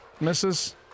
misses